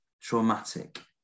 traumatic